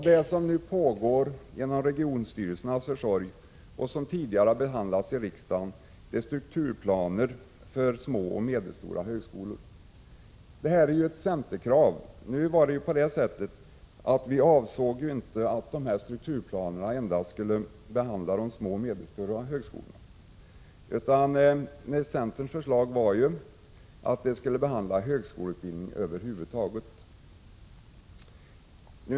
Det som nu pågår genom regionstyrelsernas försorg och som tidigare har behandlats i riksdagen är strukturplaner för små och medelstora högskolor. Detta är ett centerkrav. Vi avsåg inte att strukturplanerna endast skulle behandla de små och medelstora högskolorna utan centerns förslag var att de skulle behandla högskoleutbildning över huvud taget.